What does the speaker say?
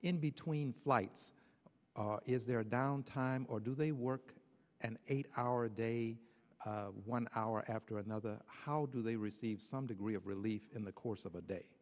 in between flights is there a downtime or do they work an eight hour day one hour after another how do they receive some degree of relief in the course of a day